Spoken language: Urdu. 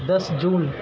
دس جون